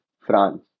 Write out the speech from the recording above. France